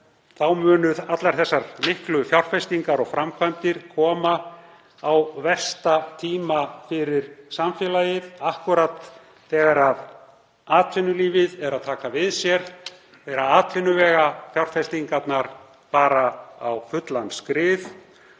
þá munu allar þessar miklu fjárfestingar og framkvæmdir koma á versta tíma fyrir samfélagið, akkúrat þegar atvinnulífið er að taka við sér, þegar atvinnuvegafjárfestingarnar fara á fullan skrið.